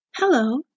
Hello